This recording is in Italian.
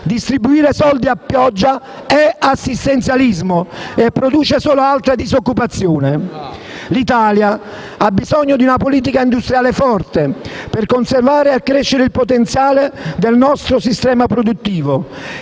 Distribuire soldi a pioggia è assistenzialismo e produce solo altra disoccupazione. L'Italia ha bisogno di una politica industriale forte per conservare e accrescere il potenziale del suo sistema produttivo